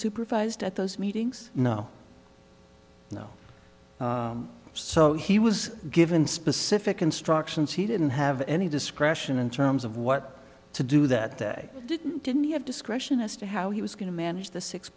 supervised at those meetings now you know so he was given specific instructions he didn't have any discretion in terms of what to do that day didn't he have discretion as to how he was going to manage the six